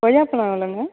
கொய்யாப்பழம் எவ்வளோங்க